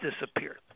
disappeared